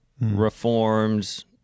reforms—